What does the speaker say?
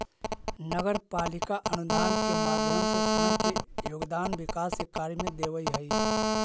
नगर पालिका अनुदान के माध्यम से स्वयं के योगदान विकास कार्य में देवऽ हई